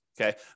Okay